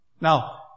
Now